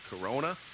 Corona